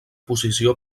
posició